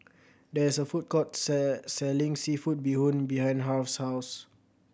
there is a food court selling seafood bee hoon behind Harve's house